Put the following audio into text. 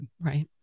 Right